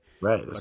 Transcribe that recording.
Right